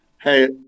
Hey